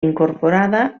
incorporada